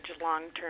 long-term